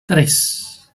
tres